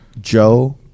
Joe